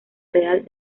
real